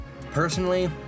personally